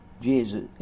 Jesus